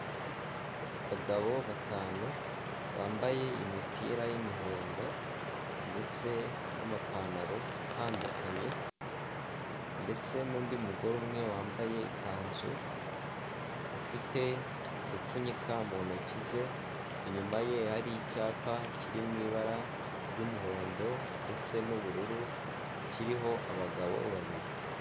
Abagabo batanu bambaye imipira y'imihondo ndetse n'amapantaro atandukanye ndetse n'undi mugore umwe wambaye ikanzu ufite udupfunyika mu ntoki ze. Inyuma ye hari icyapa kiri mu ibara ry'umuhondo ndetse n'ubururu kiriho abagabo babiri.